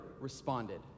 responded